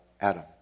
Adam